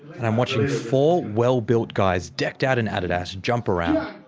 and i'm watching four well-built guys decked out in adidas jump around,